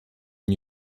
new